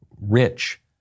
rich